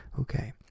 Okay